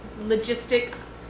logistics